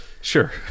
Sure